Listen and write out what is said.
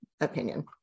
opinion